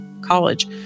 college